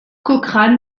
cochrane